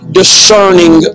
discerning